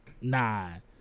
nine